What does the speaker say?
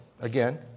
again